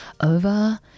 over